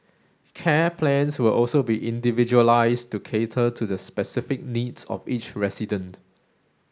care plans will also be individualised to cater to the specific needs of each resident